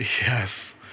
Yes